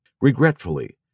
Regretfully